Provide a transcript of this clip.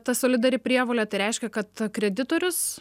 ta solidari prievolė tai reiškia kad kreditorius